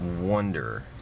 wonder